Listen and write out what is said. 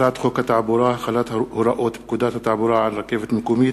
הצעת חוק התעבורה (החלת הוראות פקודת התעבורה על רכבת מקומית,